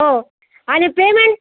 हो आणि पेमेंट